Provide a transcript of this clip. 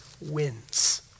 wins